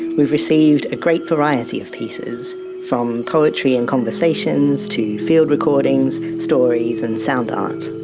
we received a great variety of pieces, from poetry and conversations, to field recordings, stories and sound art.